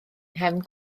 nghefn